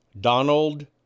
Donald